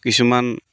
কিছুমান